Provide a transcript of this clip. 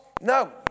No